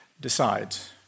decides